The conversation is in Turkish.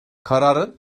kararın